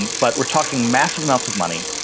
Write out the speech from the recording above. but we're talking massive amounts of money.